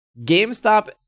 GameStop